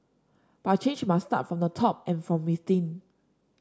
but change must start from the top and from within